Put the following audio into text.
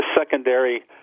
secondary